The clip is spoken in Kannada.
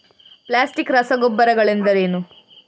ಪ್ಲಾಸ್ಟಿಕ್ ರಸಗೊಬ್ಬರಗಳೆಂದರೇನು?